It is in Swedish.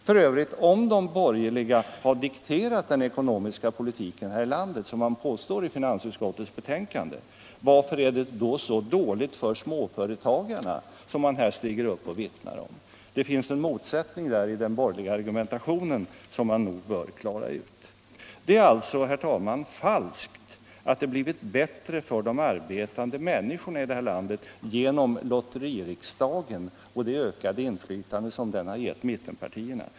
F. ö., om de borgerliga har dikterat den ekonomiska politiken här i landet, som de påstår i finansutskottets betänkande, varför är det då så dåligt för småföretagarna som man här stiger upp och vittnar om? Där finns en motsättning i den borgerliga argumentationen som man nog bör reda ut. Det är alltså, herr talman, falskt att påstå att det blivit bättre för de arbetande människorna här i landet genom lotteririksdagen och det ökade inflytande som den har givit mittenpartierna.